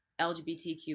LGBTQ